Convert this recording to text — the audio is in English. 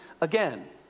again